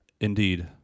indeed